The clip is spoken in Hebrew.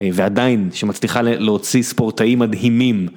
ועדיין שמצליחה להוציא ספורטאים מדהימים.